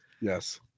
Yes